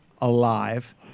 alive